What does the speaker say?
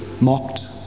mocked